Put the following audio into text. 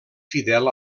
fidel